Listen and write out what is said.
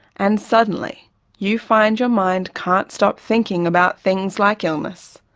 and suddenly you find your mind can't stop thinking about things like illness,